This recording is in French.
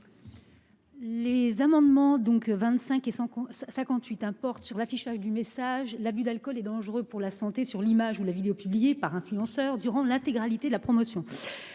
Les amendements donc 25 et sans ça 58 hein porte sur l'affichage du message. L'abus d'alcool est dangereux pour la santé sur l'image ou la vidéo publiée par influenceurs durant l'intégralité de la promotion.